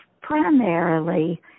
primarily